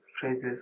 phrases